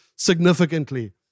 significantly